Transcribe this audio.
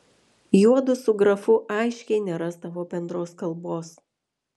juodu su grafu aiškiai nerasdavo bendros kalbos